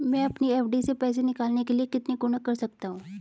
मैं अपनी एफ.डी से पैसे निकालने के लिए कितने गुणक कर सकता हूँ?